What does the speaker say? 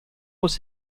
was